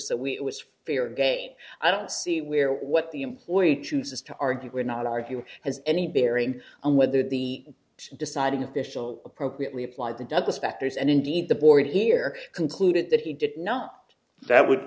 we was fair game i don't see where what the employee chooses to argue or not argue has any bearing on whether the deciding official appropriately applied the douglass factors and indeed the board here concluded that he did not that would